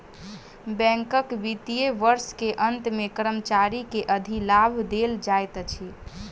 बैंकक वित्तीय वर्ष के अंत मे कर्मचारी के अधिलाभ देल जाइत अछि